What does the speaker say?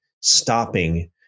stopping